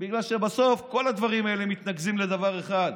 בגלל שבסוף כל הדברים האלה מתנקזים לדבר אחד,